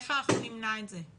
איך אנחנו נמנע את זה,